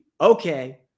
okay